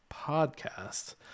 podcast